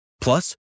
Plus